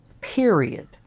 period